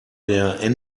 der